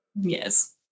Yes